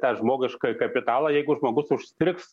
tą žmogų iš kapitalą jeigu žmogus užstrigs